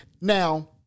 Now